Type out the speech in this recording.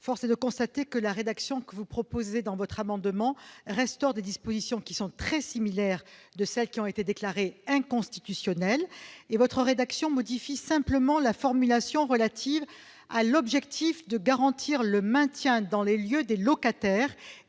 Force est de constater que votre amendement tend à restaurer des dispositions très similaires à celles qui ont été déclarées inconstitutionnelles. Votre rédaction modifie simplement la formulation relative à l'objectif de garantie du maintien dans les lieux des locataires